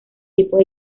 tipos